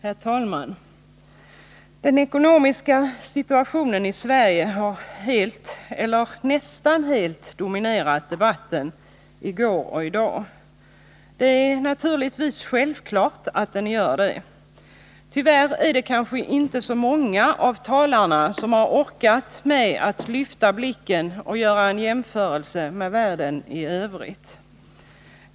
Herr talman! Den ekonomiska situationen i Sverige har helt eller nästan helt dominerat debatten i går och i dag. Det är naturligtvis självklart att den gör det. Tyvärr är det inte så många av talarna som har orkat lyfta blicken och göra en jämförelse med världen i övrigt.